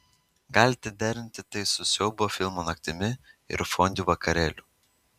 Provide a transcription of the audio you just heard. galite derinti tai su siaubo filmų naktimi ir fondiu vakarėliu